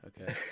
okay